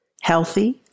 healthy